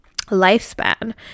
lifespan